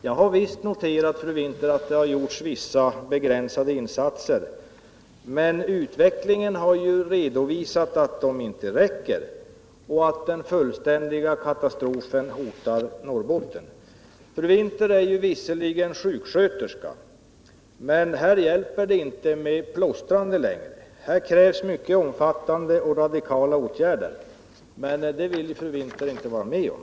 Jag har noterat, fru Winther, att det har gjorts vissa begränsade insatser, men utvecklingen har ju visat att de inte räcker och att den fullständiga katastrofen hotar Norrbotten. Fru Winther är visserligen sjuksköterska, men här hjälper det inte med plåstrande längre, utan det behövs omfattande och radikala åtgärder. Men det vill fru Winther inte vara med om.